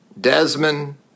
Desmond